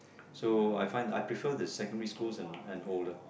so I find that I prefer the secondary schools and and older